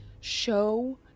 Show